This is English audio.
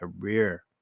career